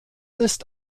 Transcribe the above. ist